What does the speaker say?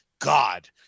God